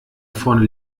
vorne